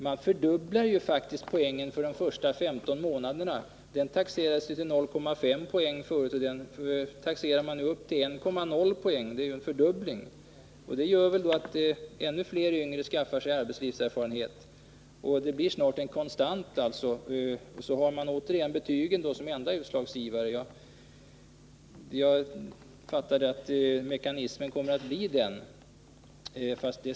Man fördubblar ju poängen för det första 15 månaderna. Den har varit 0,5 poäng förut, och nu taxeras den upp till 1,0 poäng — det är ju en fördubbling. Detta gör väl att ännu fler yngre skaffar sig arbetslivserfarenhet. Den blir snart en konstant, och sedan har man återigen betygen som enda utslagsgivare. Jag gissar att mekanismen kommer att bli denna.